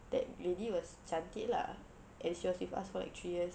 that lady was cantik lah and she was with us for three years